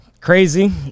Crazy